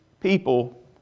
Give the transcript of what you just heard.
people